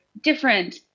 different